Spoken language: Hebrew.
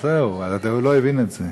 הוא לא הבין את זה.